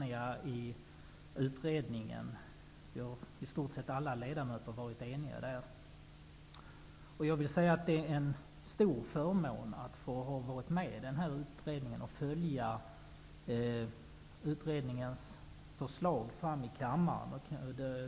I stort sett alla ledamöter har varit eniga i utredningen. Det är en stor förmån att ha fått vara med i denna utredning och följa dess förslag fram till kammaren.